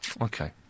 Okay